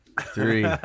three